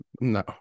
No